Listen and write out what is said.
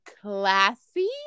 classy